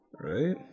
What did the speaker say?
Right